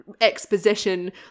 exposition